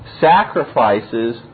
sacrifices